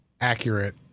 accurate